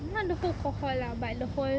not the whole cohort lah but the whole